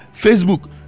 facebook